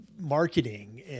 marketing